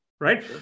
Right